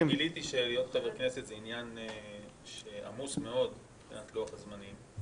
גיליתי שלהיות חבר כנסת זה עניין עמוס מאוד מבחינת לוח הזמנים.